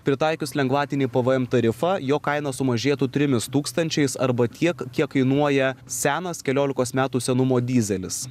pritaikius lengvatinį pvm tarifą jo kaina sumažėtų trimis tūkstančiais arba tiek kiek kainuoja senas keliolikos metų senumo dyzelis